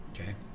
Okay